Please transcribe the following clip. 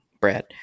Brad